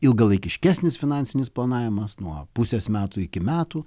ilgalaikiškesnis finansinis planavimas nuo pusės metų iki metų